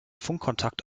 funkkontakt